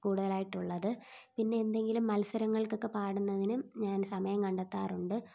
കൂടുതലായിട്ടുള്ളത് പിന്നെ എന്തെങ്കിലും മത്സരങ്ങൾക്കൊക്കെ പാടുന്നതിനും ഞാൻ സമയം കണ്ടെത്താറുണ്ട്